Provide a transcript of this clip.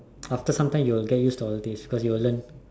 after sometime you will get used to all this cause you'll learn